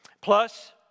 Plus